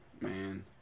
man